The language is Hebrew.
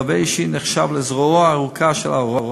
המלווה האישי נחשב לזרועו הארוכה של ההורה